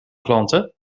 klanten